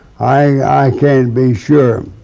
i i can't be sure,